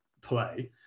play